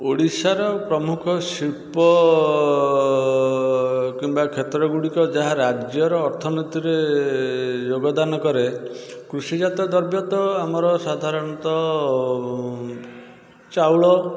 ଓଡ଼ିଶାର ପ୍ରମୁଖ ଶିଳ୍ପ କିମ୍ବା କ୍ଷେତ୍ର ଗୁଡ଼ିକ ଯାହା ରାଜ୍ୟର ଅର୍ଥନୀତିରେ ଯୋଗଦାନ କରେ କୃଷିଜାତ ଦ୍ରବ୍ୟ ତ ଆମର ସାଧାରଣତଃ ଚାଉଳ